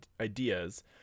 ideas